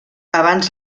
abans